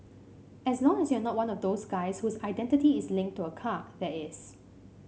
as long as you're not one of those guys whose identity is linked to a car that is